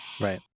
Right